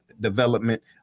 development